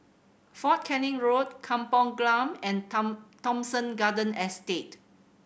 Fort Canning Road Kampung Glam and Tom Thomson Garden Estate